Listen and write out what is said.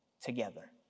together